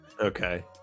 Okay